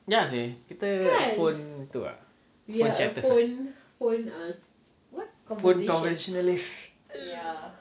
ya seh kita phone tu ah phone conversationalist